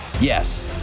Yes